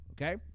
Okay